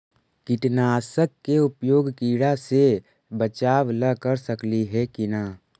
कीटनाशक के उपयोग किड़ा से बचाव ल कर सकली हे की न?